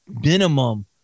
minimum